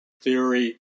theory